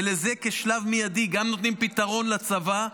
ולזה כשלב מיידי גם נותנים פתרון לצבא,